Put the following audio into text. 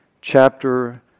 chapter